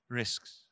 risks